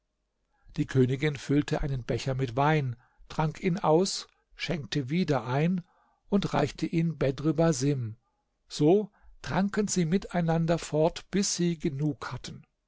die königin füllte einen becher mit wein trank ihn aus schenkte wieder ein und reichte ihn bedr basim so tranken sie miteinander fort bis sie genug hatten